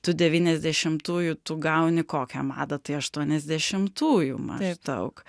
tu devyniasdešimtųjų tu gauni kokią madą tai aštuoniasdešimtųjų maždaug